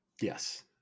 Yes